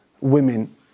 women